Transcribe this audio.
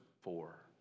four